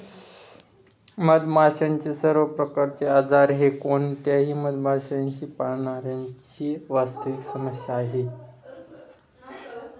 मधमाशांचे सर्व प्रकारचे आजार हे कोणत्याही मधमाशी पाळणाऱ्या ची वास्तविक समस्या आहे